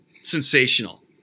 Sensational